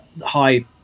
high